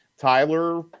Tyler